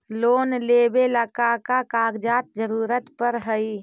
Loan लेवेला का का कागजात जरूरत पड़ हइ?